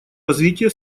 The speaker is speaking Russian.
развитие